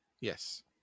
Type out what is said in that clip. Yes